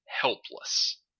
helpless